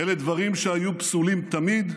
אלה דברים שהיו פסולים תמיד,